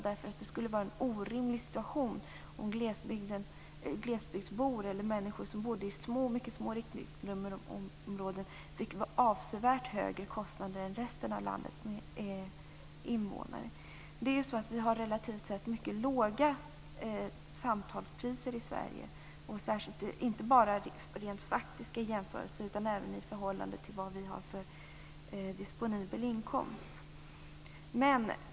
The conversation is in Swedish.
Det skulle vara en orimlig situation om glesbygdsbor och människor som bor i små riktnummerområden skulle få avsevärt högre kostnader än resten av landets invånare. Vi har relativt sett mycket låga samtalspriser i Sverige, inte bara i rent faktiska jämförelser utan även i förhållande till vår disponibla inkomst.